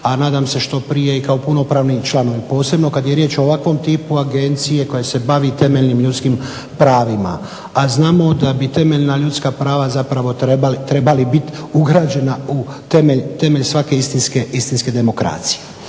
a nadam se što prije i kao punopravni članovi, posebno kad je riječ o ovakvom tipu agencije koja se bavi temeljnim ljudskim pravima, a znamo da bi temeljna ljudska prava zapravo trebali biti ugrađena u temelj svake istinske demokracije.